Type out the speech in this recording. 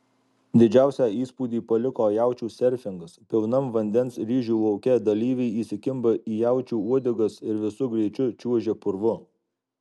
didžiausią įspūdį paliko jaučių serfingas pilnam vandens ryžių lauke dalyviai įsikimba į jaučių uodegas ir visu greičiu čiuožia purvu